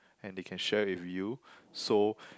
and they can share with you so